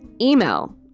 Email